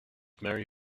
mary